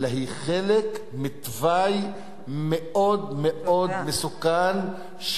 אלא היא חלק מתוואי מאוד מאוד מסוכן,